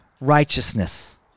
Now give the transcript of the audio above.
righteousness